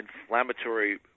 inflammatory